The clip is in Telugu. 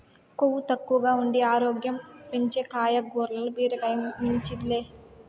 కొవ్వు తక్కువగా ఉండి ఆరోగ్యం పెంచే కాయగూరల్ల బీరకాయ మించింది లే